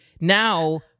Now